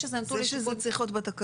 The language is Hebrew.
זה שזה צריך להיות בתקנות,